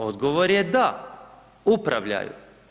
Odgovor je da upravljaju.